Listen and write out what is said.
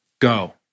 go